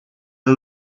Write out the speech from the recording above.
een